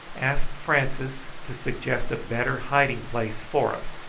ask francis to suggest a better hiding-place for us,